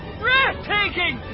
breathtaking